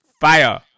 fire